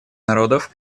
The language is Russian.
народов